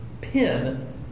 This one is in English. pin